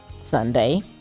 Sunday